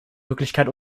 wirklichkeit